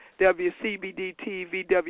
WCBD-TV